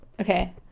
okay